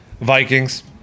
Vikings